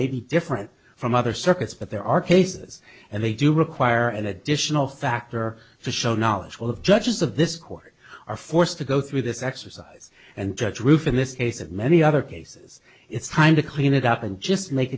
may be different from other circuits but there are cases and they do require an additional factor to show knowledge of judges of this court are forced to go through this exercise and judge roof in this case and many other cases it's time to clean it up and just make